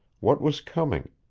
what was coming,